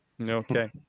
Okay